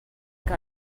cas